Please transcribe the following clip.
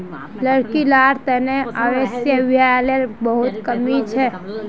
लड़की लार तने आवासीय विद्यालयर बहुत कमी छ